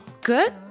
Good